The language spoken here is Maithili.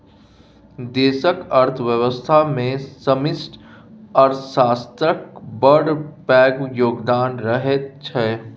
देशक अर्थव्यवस्थामे समष्टि अर्थशास्त्रक बड़ पैघ योगदान रहैत छै